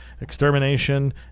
extermination